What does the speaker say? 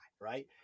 right